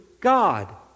God